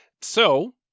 So-